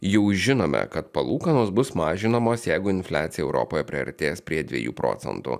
jau žinome kad palūkanos bus mažinamos jeigu infliacija europoje priartės prie dviejų procentų